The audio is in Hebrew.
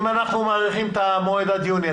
אם אנחנו מאריכים את המועד עד יוני,